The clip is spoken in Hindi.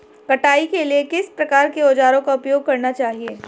कटाई के लिए किस प्रकार के औज़ारों का उपयोग करना चाहिए?